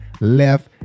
left